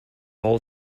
whole